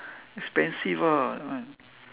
expensive ah